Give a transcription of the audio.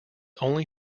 only